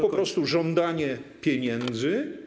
To po prostu żądanie pieniędzy.